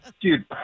dude